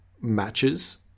matches